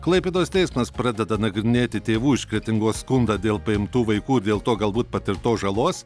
klaipėdos teismas pradeda nagrinėti tėvų iš kretingos skundą dėl paimtų vaikų ir dėl to galbūt patirtos žalos